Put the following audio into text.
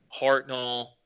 Hartnell